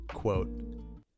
Quote